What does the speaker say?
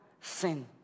sin